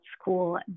school